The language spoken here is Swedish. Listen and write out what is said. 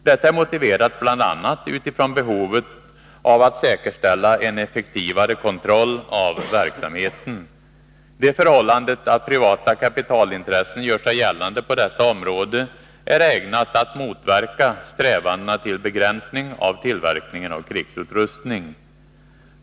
Detta är motiverat bl.a. utifrån behovet av att säkerställa en effektivare kontroll av verksamheten. Det förhållandet att privata kapitalintressen gör sig gällande på detta område är ägnat att motverka strävandena till begränsning av tillverkningen av krigsutrustning.